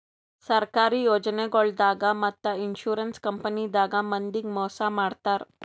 ಸರ್ಕಾರಿ ಯೋಜನಾಗೊಳ್ದಾಗ್ ಮತ್ತ್ ಇನ್ಶೂರೆನ್ಸ್ ಕಂಪನಿದಾಗ್ ಮಂದಿಗ್ ಮೋಸ್ ಮಾಡ್ತರ್